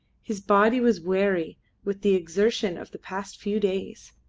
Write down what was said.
his body was weary with the exertion of the past few days,